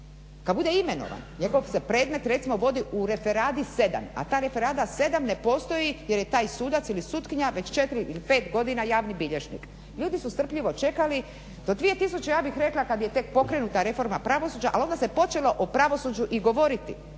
kad bude imenovan, njegov se predmet recimo vodi u referadi 7, a ta referada 7 ne postoji jer je taj sudac ili sutkinja već 4 ili 5 godina javni bilježnik. Ljudi su strpljivo čekali do 2000 ja bih rekla kad je tek pokrenuta reforma pravosuđa, ali onda se počelo o pravosuđu i govoriti.